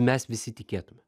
mes visi tikėtume